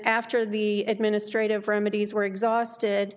after the administrative remedies were exhausted